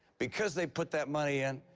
because they put that money in,